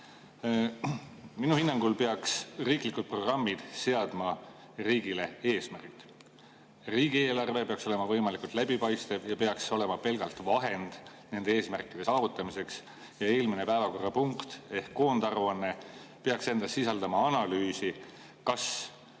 Minu hinnangul peaks riiklikud programmid seadma riigile eesmärgid, riigieelarve peaks olema võimalikult läbipaistev ja peaks olema pelgalt vahend nende eesmärkide saavutamiseks. Eelmine päevakorrapunkt ehk koondaruanne peaks endas sisaldama analüüsi, kas